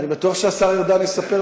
אני בטוח שהשר ארדן יספר לשר,